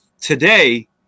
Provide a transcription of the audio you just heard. today